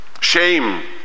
Shame